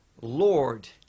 lord